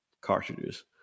cartridges